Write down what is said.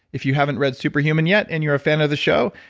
if you haven't read superhuman yet and you're a fan of the show,